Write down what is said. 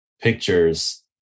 pictures